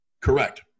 Correct